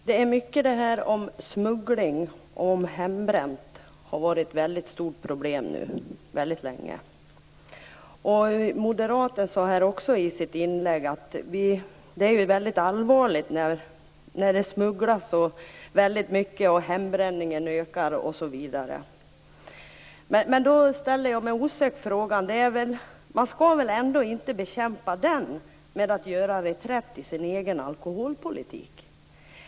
Fru talman! Smuggling och hembränt har varit ett väldigt stort problem länge. Moderaten sade i sitt inlägg att det är allvarligt med den ökande smugglingen och hembränningen. Men då ställer jag mig osökt frågan: Man skall väl ändå inte bekämpa smugglingen och hembränningen genom att göra reträtt i alkoholpolitiken?